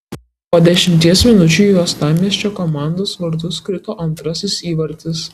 po dešimties minučių į uostamiesčio komandos vartus krito antrasis įvartis